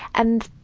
and,